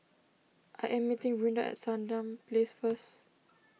I am meeting Brinda at Sandown Place first